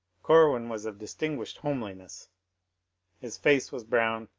cor win was of distinguished homeliness his face was brown,